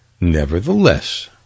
Nevertheless